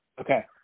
Okay